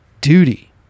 duty